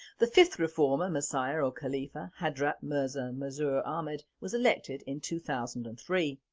the fifth reformer, messiah or khalifa hadrat mirza masroor ahmad was elected in two thousand and three.